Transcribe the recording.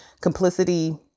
complicity